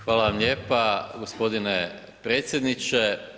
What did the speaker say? Hvala vam lijepa gospodine predsjedniče.